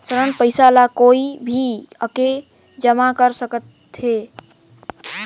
ऋण पईसा ला कोई भी आके जमा कर सकथे?